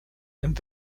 and